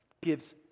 gives